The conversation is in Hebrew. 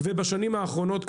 ובשנים האחרונות,